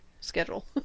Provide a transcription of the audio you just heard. schedule